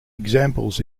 examples